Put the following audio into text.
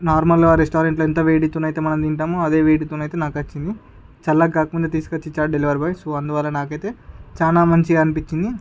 normal రెస్టారెంట్లో ఎంత వేడితో నైతే తింటామో అదే వేడితోనైతే నాకు వచ్చింది చల్లగ కాకుండా తీసుకొచ్చి ఇచ్చారు డెలివరీ బాయ్ సో అందుకని నాకైతే చాలా మంచిగా అనిపించింది